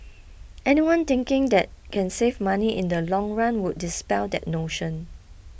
anyone thinking that can save money in the long run would dispel that notion